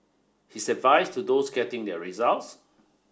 his advice to those getting their results